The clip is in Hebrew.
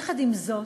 יחד עם זאת,